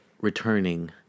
returning